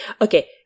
Okay